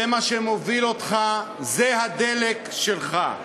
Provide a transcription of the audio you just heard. זה מה שמוביל אותך, זה הדלק שלך.